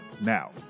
Now